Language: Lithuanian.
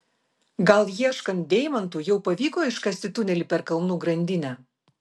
gal ieškant deimantų jau pavyko iškasti tunelį per kalnų grandinę